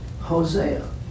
hosea